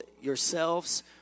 yourselves